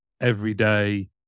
everyday